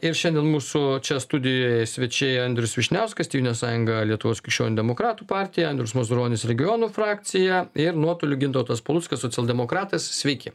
ir šiandien mūsų čia studijoje svečiai andrius vyšniauskas tėvynės sąjunga lietuvos krikščionių demokratų partija andrius mazuronis regionų frakcija ir nuotoliu gintautas paluckas socialdemokratas sveiki